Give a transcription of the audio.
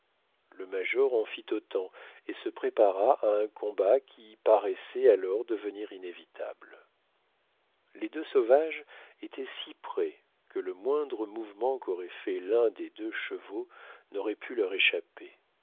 le major en fit autant et se prépara à un combat qui paraissait alors devenir inévitable les deux sauvages étaient si près que le moindre mouvement qu'aurait fait l'un des deux chevaux n'aurait pu leur échapper